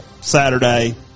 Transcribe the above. Saturday